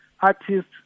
artists